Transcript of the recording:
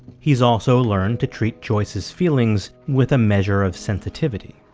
he's also learned to treat joyce's feelings with a measure of sensitivity